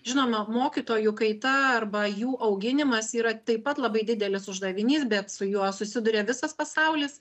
žinoma mokytojų kaita arba jų auginimas yra taip pat labai didelis uždavinys bet su juo susiduria visas pasaulis